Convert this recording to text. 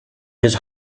his